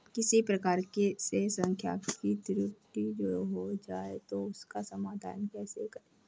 किसी प्रकार से सांख्यिकी त्रुटि हो जाए तो उसका समाधान कैसे करें?